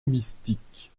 mystique